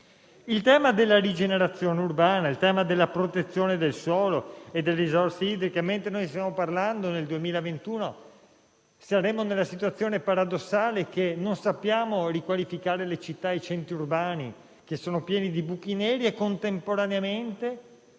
i temi della rigenerazione urbana, della protezione del suolo e delle risorse idriche. Mentre stiamo parlando, nel 2021 ci troveremo nella situazione paradossale di non saper riqualificare le città e i centri urbani, che sono pieni di buchi neri, e contemporaneamente